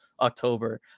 october